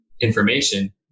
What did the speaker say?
information